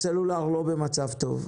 הסלולר אל במצב טוב.